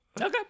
Okay